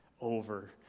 over